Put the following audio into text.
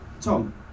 Tom